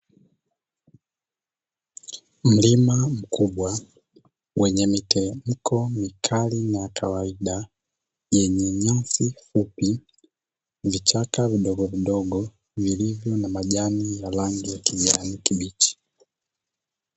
Mlima mkubwa wenye miteremko mikali na kawaida. Yenye nyasi fupi, vichaka vidogovidogo vilivyo na majani ya rangi ya kijani kibichi.